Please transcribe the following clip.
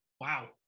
Wow